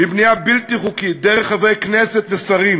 מבנייה בלתי חוקית דרך חברי כנסת ושרים